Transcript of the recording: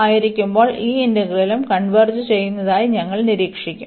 ആയിരിക്കുമ്പോൾ ഈ ഇന്റഗ്രലും കൺവെർജ് ചെയ്യുന്നതായി ഞങ്ങൾ നിരീക്ഷിക്കും